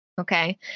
okay